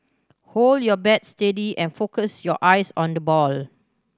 hold your bat steady and focus your eyes on the ball